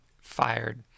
fired